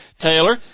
Taylor